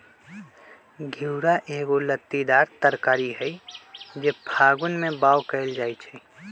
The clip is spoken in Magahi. घिउरा एगो लत्तीदार तरकारी हई जे फागुन में बाओ कएल जाइ छइ